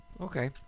Okay